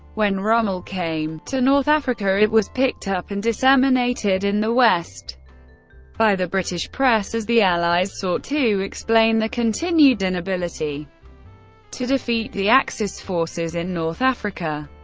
when rommel came to north africa, it was picked up and disseminated in the west by the british press as the allies sought to explain their continued inability to defeat the axis forces in north africa.